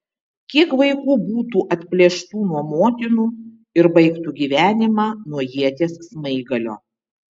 kiek vaikų būtų atplėštų nuo motinų ir baigtų gyvenimą nuo ieties smaigalio